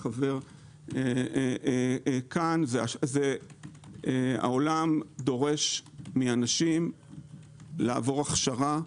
החבר כאן: העולם דורש מאנשים לעבור הכשרה,